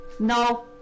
No